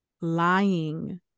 Lying